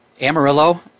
Amarillo